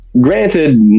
Granted